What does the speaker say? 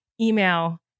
email